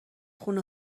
خونه